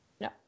No